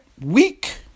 week